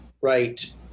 right